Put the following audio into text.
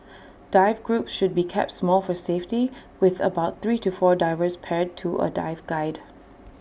dive groups should be kept small for safety with about three to four divers paired to A dive guide